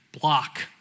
block